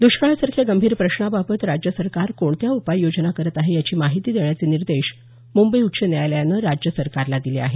द्ष्काळासारख्या गंभीर प्रश्नाबाबत राज्य सरकार कोणत्या उपाययोजना करत आहे याची माहिती देण्याचे निर्देश मुंबई उच्च न्यायालयानं राज्य सरकारला दिले आहेत